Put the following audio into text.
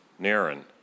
Naren